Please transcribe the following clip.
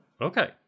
okay